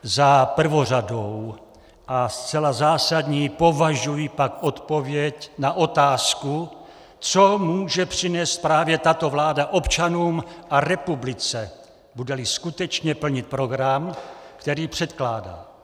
Za prvořadou a zcela zásadní považuji pak odpověď na otázku, co může přinést právě tato vláda občanům a republice, budeli skutečně plnit program, který předkládá.